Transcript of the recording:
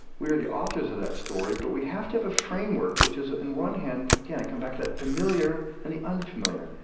we are the authors of that story but we have to have a framework which is on and one hand, again, i come back to that familiar and the unfamiliar,